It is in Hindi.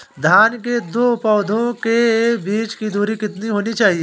धान के दो पौधों के बीच की दूरी कितनी होनी चाहिए?